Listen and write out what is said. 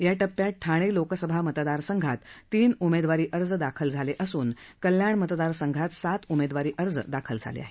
या टप्प्यात ठाणे लोकसभा मतदार संघात तीन उमेदवारी अर्ज दाखल झाले असून कल्याण मतदार संघात सात उमेदवारी अर्ज दाखल झाले आहेत